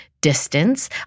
Distance